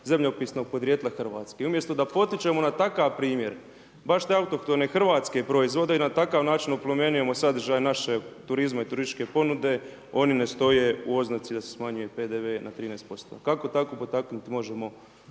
zemljopisnog podrijetla Hrvatske i umjesto da potičemo na takav primjer, baš te autohtone hrvatske proizvode i na takav način oplemenjujemo sadržaj našeg turizma i turističke ponude, oni ne stoje u oznaci da se smanjuje PDV na 13%. Kako tako potaknuti možemo